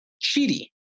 cheating